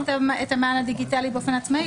אם הוא קיבל את המען הדיגיטלי באופן עצמאי,